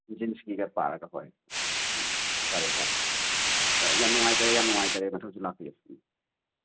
ꯖꯤꯟꯁꯀꯤꯒ ꯄꯥꯔꯒ ꯍꯣꯏ ꯎꯝꯅ ꯐꯔꯦ ꯐꯔꯦ ꯌꯥꯝꯅ ꯅꯨꯡꯉꯥꯏꯖꯔꯦ ꯌꯥꯝꯅ ꯅꯨꯡꯉꯥꯏꯖꯔꯦ ꯃꯊꯪꯁꯨ ꯂꯥꯛꯄꯤꯌꯨ